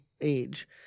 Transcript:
age